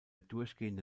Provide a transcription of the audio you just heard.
durchgehende